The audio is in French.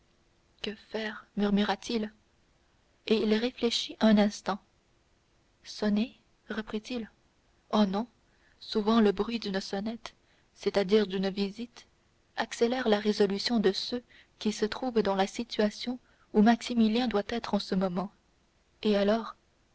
que faire murmura-t-il et il réfléchit un instant sonner reprit-il oh non souvent le bruit d'une sonnette c'est-à-dire d'une visite accélère la résolution de ceux qui se trouvent dans la situation où maximilien doit être en ce moment et alors